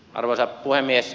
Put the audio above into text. arvoisa puhemies